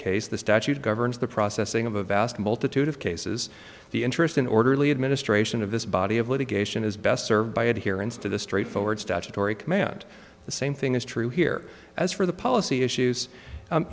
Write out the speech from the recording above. case the statute governs the processing of a vast multitude of cases the interest in orderly administration of this body of litigation is best served by adherence to the straightforward statutory command the same thing is true here as for the policy issues